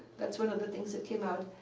that's one of the things that came out.